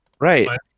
Right